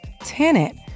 tenant